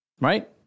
Right